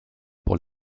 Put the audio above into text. pour